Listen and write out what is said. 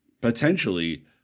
potentially